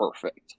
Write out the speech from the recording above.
perfect